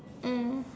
mm